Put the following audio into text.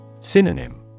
Synonym